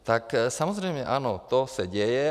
Tak samozřejmě, ano, to se děje.